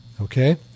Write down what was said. okay